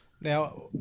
Now